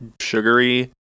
sugary